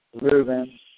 Reuben